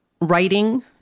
writing